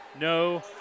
No